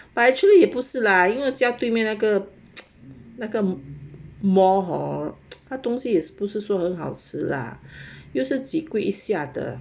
but actually 也不是啦因为我家对面那个那个 mall hor 他的东西也不是说很好吃 lah 又是几贵一下的